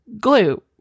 glue